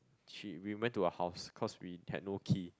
she we went to her house cause we had no key